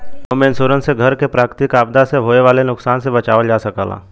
home insurance से घर क प्राकृतिक आपदा से होये वाले नुकसान से बचावल जा सकला